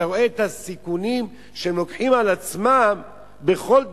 אתה רואה את הסיכונים שהם לוקחים על עצמם בכל דרך.